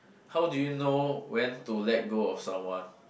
how do you know when to let go of someone